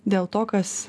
dėl to kas